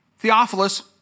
Theophilus